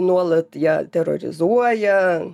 nuolat ją terorizuoja